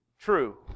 true